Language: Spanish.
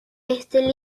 este